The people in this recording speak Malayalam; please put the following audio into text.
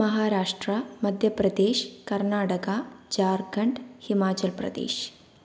മഹാരാഷ്ട്ര മധ്യപ്രദേശ് കർണാടക ജാർഖണ്ഡ് ഹിമാചൽപ്രദേശ്